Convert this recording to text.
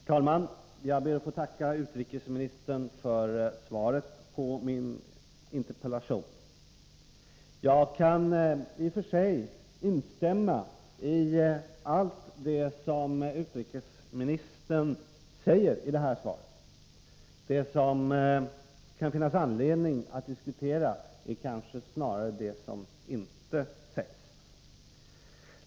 Herr talman! Jag ber att få tacka utrikesministern för svaret på min interpellation. Jag kan i och för sig instämma i allt det som utrikesministern 19 säger i svaret. Det som det kan finnas anledning att diskutera är snarare det som inte sägs.